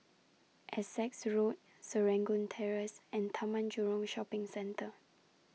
Essex Road Serangoon Terrace and Taman Jurong Shopping Centre